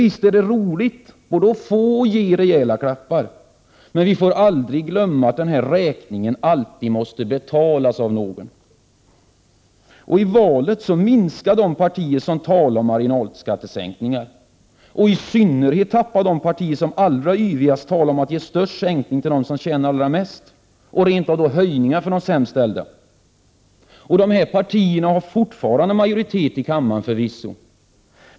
Visst är det roligt både att få och ge rejäla klappar, men vi får aldrig glömma att räkningen alltid måste betalas av någon. I valet minskade de partier som talade om marginalskattesänkningar. I synnerhet tappade de partier som allra yvigast talade om att ge den största sänkningen till dem som tjänade allra mest och rent av höjningar för de sämst ställda. Dessa partier har förvisso fortfarande majoritet i kammaren.